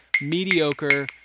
mediocre